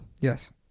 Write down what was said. Yes